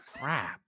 crap